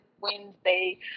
Wednesday